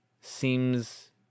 seems